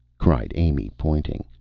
cried amy, pointing.